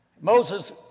Moses